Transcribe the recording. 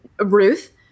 Ruth